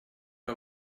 que